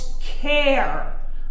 care